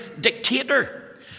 dictator